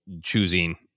choosing